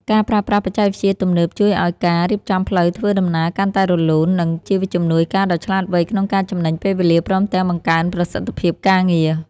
ការប្រើប្រាស់បច្ចេកវិទ្យាទំនើបជួយឱ្យការរៀបចំផ្លូវធ្វើដំណើរកាន់តែរលូន និង ជាជំនួយការដ៏ឆ្លាតវៃក្នុងការចំណេញពេលវេលាព្រមទាំងបង្កើនប្រសិទ្ធភាពការងារ។